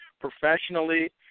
professionally